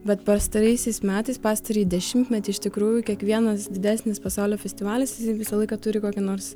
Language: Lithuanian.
bet pastaraisiais metais pastarąjį dešimtmetį iš tikrųjų kiekvienas didesnis pasaulio festivalis jisai visą laiką turi kokį nors